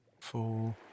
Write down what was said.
four